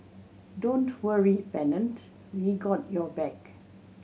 don't worry Pennant we got your back